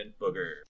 Booger